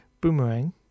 Boomerang